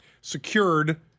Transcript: secured